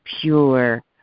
pure